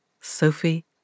Sophie